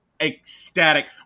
ecstatic